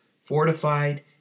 fortified